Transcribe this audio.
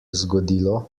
zgodilo